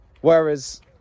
Whereas